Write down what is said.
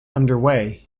underway